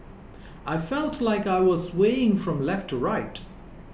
I felt like I was swaying from left to right